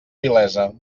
vilesa